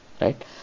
right